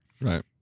Right